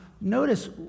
notice